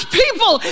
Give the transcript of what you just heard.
people